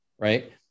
right